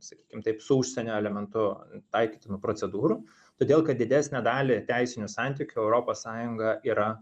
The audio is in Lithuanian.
sakykim taip su užsienio elementu taikytinų procedūrų todėl kad didesnę dalį teisinių santykių europos sąjunga yra